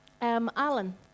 Alan